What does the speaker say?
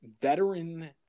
veteran